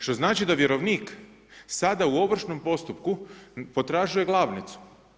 Što znači da vjerovnik, sada u ovršnom postupku, potražuje glavnicu.